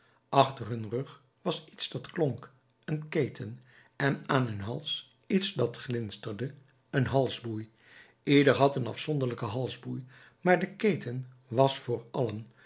achter hun rug was iets dat klonk een keten en aan hun hals iets dat glinsterde een halsboei ieder had een afzonderlijken halsboei maar de keten was voor allen